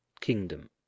kingdom